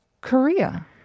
Korea